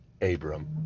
Abram